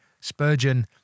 Spurgeon